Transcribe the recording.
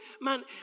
Man